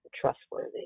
trustworthy